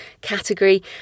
category